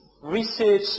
research